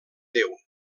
déu